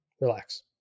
Relax